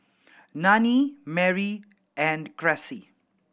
Nannie Mary and Cressie